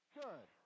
good